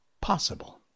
possible